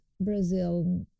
Brazil